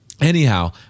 Anyhow